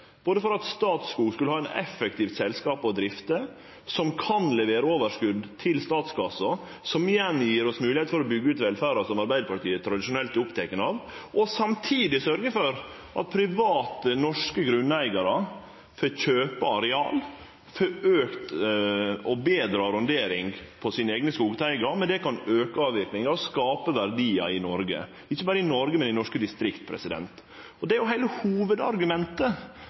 både for at Statskog skulle ha eit effektivt selskap å drifte, som kan levere overskot til statskassa, som igjen gjev oss moglegheit for å byggje ut velferda som Arbeidarpartiet generelt er opptekne av, og for å sørgje for at private, norske grunneigarar får kjøpe areal for auka og betre arrondering på sine eigne skogteigar. Det kan auke avverkinga og skape verdiar i Noreg. Ikkje berre i Noreg, men i norske distrikt. Det er heile hovudargumentet